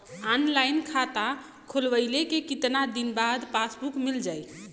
Online खाता खोलवईले के कितना दिन बाद पासबुक मील जाई?